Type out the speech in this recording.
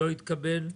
לא התקבל.